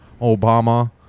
Obama